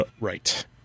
Right